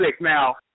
Now